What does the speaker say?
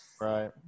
right